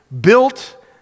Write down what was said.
built